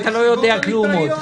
אתה לא יודע כלום עדיין.